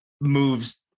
moves